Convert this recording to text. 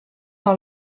dans